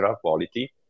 quality